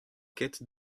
quête